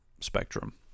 spectrum